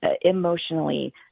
emotionally